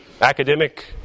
academic